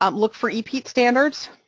um look for epeat standards,